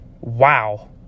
wow